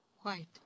White